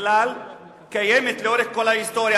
בכלל קיימת לאורך כל ההיסטוריה,